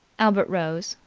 albert rose,